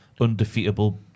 undefeatable